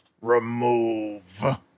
Remove